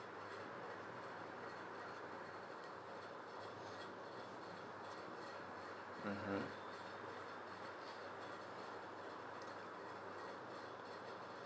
mmhmm